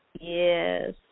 Yes